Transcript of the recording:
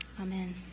Amen